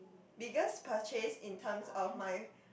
biggest purchase in terms of my